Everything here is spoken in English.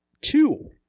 two